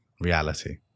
reality